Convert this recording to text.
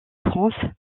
france